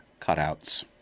cutouts